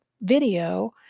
video